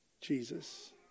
Jesus